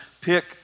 pick